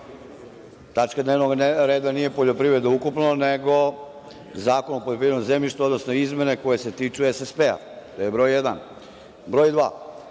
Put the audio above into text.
Tačka dnevnog reda nije poljoprivreda ukupno, nego Zakon o poljoprivrednom zemljištu, odnosno izmene koje se tiču SSP-a. To je broj jedan. Broj